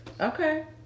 Okay